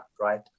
right